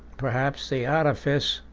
perhaps the artifice,